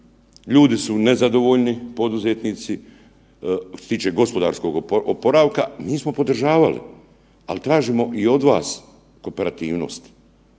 ljudi su nezadovoljni, poduzetnici, što se tiče gospodarskog oporavka, mi smo podržavali, ali tražimo i od vas kooperativnost,